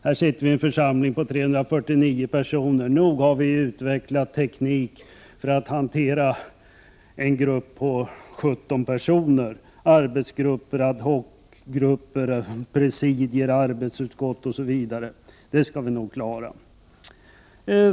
Här sitter vi i en församling på 349 personer, och nog har vi utvecklat teknik för att hantera en grupp på 17 personer, genom arbetsgrupper, ad hoc-grupper, presidier, arbetsutskott, osv. Det skall vi nog klara.